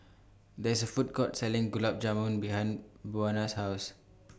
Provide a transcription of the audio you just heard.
There IS A Food Court Selling Gulab Jamun behind Buena's House